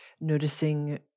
Noticing